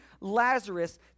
Lazarus